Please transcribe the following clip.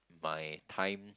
my time